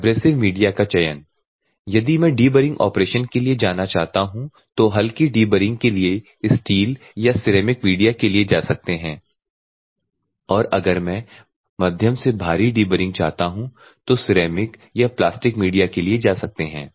abrasive media का चयन यदि मैं डिबरिंग ऑपरेशन के लिए जाना चाहता हूं तो हल्की डिबरिंग के लिए स्टील या सिरेमिक मीडिया के लिए जा सकते हैं और अगर मैं मध्यम से भारी डिबरिंग चाहता हूं तो सिरेमिक या प्लास्टिक मीडिया के लिए जा सकते हैं